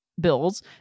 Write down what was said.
Bills